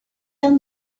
down